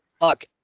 Look